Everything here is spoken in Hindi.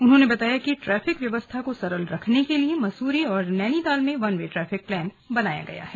उन्होंने बताया कि ट्रैफिक व्यवस्था को सरल रखने के लिये मसूरी और नैनीताल में वन वे ट्रैफिक प्लान बनाया गया है